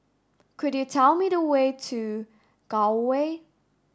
could you tell me the way to Gul Way